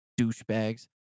douchebags